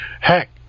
Heck